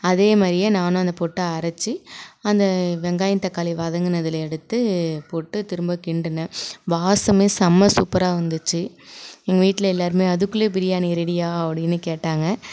அதே மாரியே நானும் அதைப் போட்டு அரைச்சி அந்த வெங்காயம் தக்காளி வதங்குனதுல எடுத்துபோட்டு திரும்ப கிண்டுன வாசமே செம சூப்பராக வந்துச்சு எங்கள் வீட்டில் எல்லாருமே அதுக்குள்ளே பிரியாணி ரெடியா அப்படீனு கேட்டாங்க